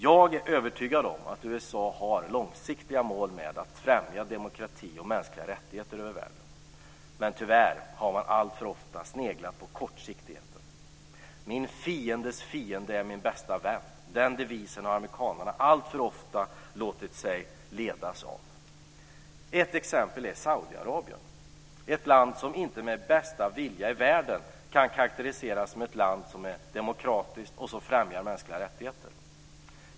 Jag är övertygad om att USA har som långsiktiga mål att främja demokrati och mänskliga rättigheter över världen, men tyvärr har man alltför ofta sneglat på kortsiktigheten. Min fiendes fiende är min bästa vän är en devis som amerikanarna alltför ofta har låtit sig ledas av. Ett exempel är Saudiarabien, ett land som inte med bästa vilja i världen kan karakteriseras som ett land som är demokratiskt och som främjar mänskliga rättigheter.